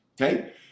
okay